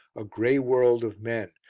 a grey world of men,